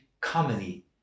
comedy